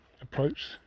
approach